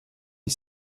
les